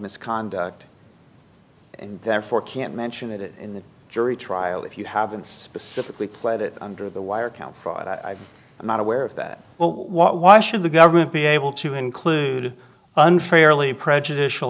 misconduct and therefore can't mention it in the jury trial if you haven't specifically played it under the wire count for i am not aware of that why should the government be able to include unfairly prejudicial